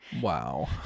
Wow